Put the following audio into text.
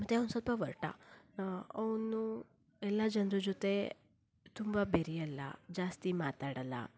ಮತ್ತೆ ಅವನು ಸ್ವಲ್ಪ ಒರಟ ಅವನು ಎಲ್ಲ ಜನರ ಜೊತೆ ತುಂಬ ಬೆರೆಯಲ್ಲ ಜಾಸ್ತಿ ಮಾತಾಡಲ್ಲ